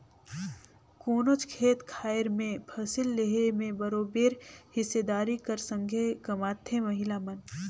कोनोच खेत खाएर में फसिल लेहे में बरोबेर हिस्सादारी कर संघे कमाथें महिला मन